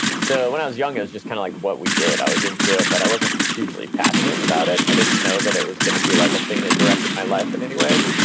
so when i was young, it was just kind of like what we did. i was into it, but i wasn't hugely passionate about it. i didn't know that it was going to be like a thing that directed my life in any ways,